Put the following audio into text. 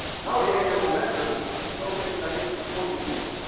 and now the angular momentum is rotating like this, is pointing here.